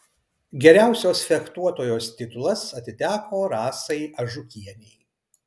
geriausios fechtuotojos titulas atiteko rasai ažukienei